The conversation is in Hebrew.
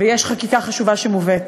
ויש חקיקה חשובה שמובאת.